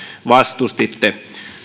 vastustitte